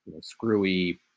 screwy